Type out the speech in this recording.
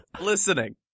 listening